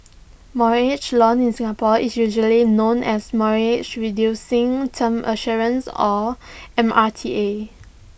mortgage loan in Singapore is usually known as mortgage reducing term assurance or M R T A